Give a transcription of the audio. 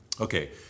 Okay